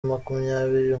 makumyabiri